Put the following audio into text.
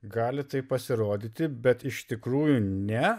gali tai pasirodyti bet iš tikrųjų ne